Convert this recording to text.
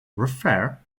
refer